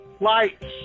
lights